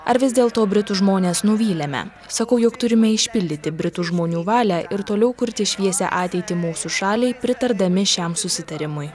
ar vis dėlto britų žmones nuvylėme sakau jog turime išpildyti britų žmonių valią ir toliau kurti šviesią ateitį mūsų šaliai pritardami šiam susitarimui